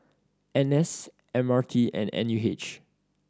N S M R T and N U H